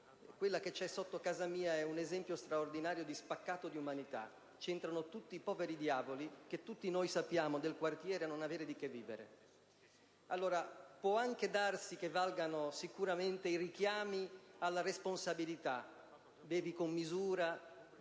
Quella che c'è sotto casa mia restituisce uno straordinario spaccato di umanità, perché vi entrano tutti i poveri diavoli che tutti noi del quartiere sappiamo non avere di cosa vivere. Può anche darsi che valgano sicuramente i richiami alla responsabilità (bevi con misura,